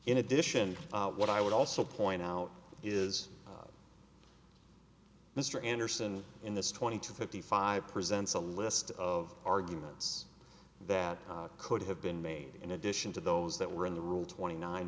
in addition what i would also point out is mr anderson in this twenty two fifty five presents a list of arguments that could have been made in addition to those that were in the rule twenty nine